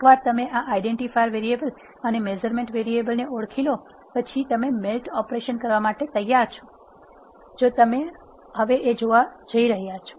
એકવાર તમે આ આઇડેન્ટિફાયર વેરિયેબલ્સ અને મેઝરમેન્ટ વેરીએબલને ઓળખી લો પછી તમે મેલ્ટ ઓપરેશન કરવા માટે તૈયાર છો જે તમે હવે જોવા જઈ રહ્યા છો